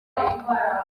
banjye